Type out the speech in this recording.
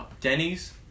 Denny's